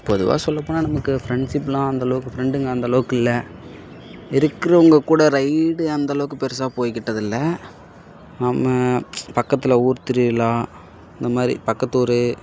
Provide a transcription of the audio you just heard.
பொதுவாக சொல்லப் போனால் நமக்கு ஃப்ரெண்ட்ஷிப்லாம் அந்தளவுக்கு ஃப்ரெண்டுங்க அந்தளவுக்கு இல்லை இருக்கிறவங்க கூட ரைடு அந்தளவுக்கு பெருசாக போய்க்கிட்டதில்ல நம்ம பக்கத்தில் ஊர்த் திருவிழா இந்த மாதிரி பக்கத்து ஊர்